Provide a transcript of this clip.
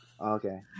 Okay